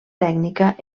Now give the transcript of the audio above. tècnica